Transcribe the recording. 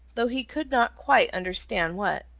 though he could not quite understand what.